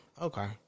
okay